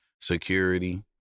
security